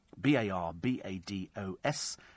B-A-R-B-A-D-O-S